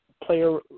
player